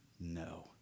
No